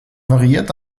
variiert